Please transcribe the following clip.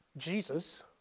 Jesus